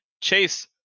chase